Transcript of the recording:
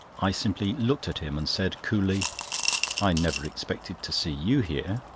i simply looked at him, and said coolly i never expected to see you here.